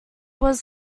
was